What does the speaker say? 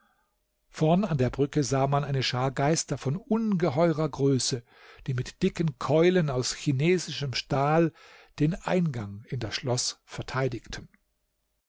vom an der brücke sah man eine schar geister von ungeheurer größe die mit dicken keulen aus chinesischem stahl den eingang in das schloß verteidigten